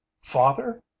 Father